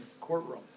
courtroom